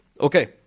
Okay